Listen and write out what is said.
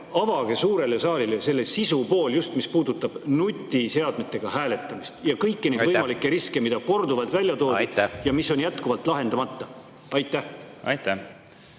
avage suurele saalile see sisupool, just mis puudutab nutiseadmetega hääletamist … Aitäh! Aitäh! … ja kõiki neid võimalikke riske, mida korduvalt välja toodi ja mis on jätkuvalt lahendamata. …